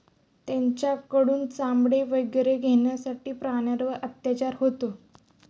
त्यांच्याकडून चामडे वगैरे घेण्यासाठी प्राण्यांवर अत्याचार होतो